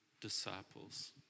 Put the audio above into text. disciples